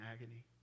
agony